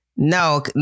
No